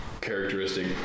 characteristic